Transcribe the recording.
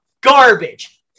garbage